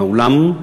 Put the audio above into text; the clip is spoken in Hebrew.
באולם,